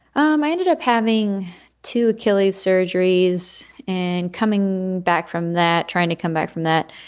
um i ended up having to kill these surgeries. and coming back from that, trying to come back from that,